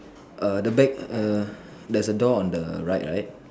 err the back err there's a door on the right right